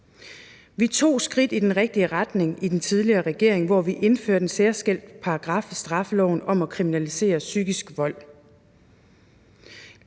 Vi tog et skridt i den rigtige retning i den tidligere regering, da vi indførte en særskilt paragraf i straffeloven om at kriminalisere psykisk vold.